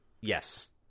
yes